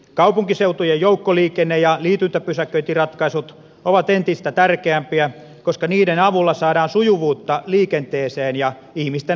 kaupunkiseutujen joukkoliikenne ja liityntäpysäköintiratkaisut ovat entistä tärkeämpiä koska niiden avulla saadaan sujuvuutta liikenteeseen ja ihmisten arkeen